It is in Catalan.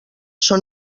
són